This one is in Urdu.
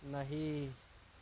نہیں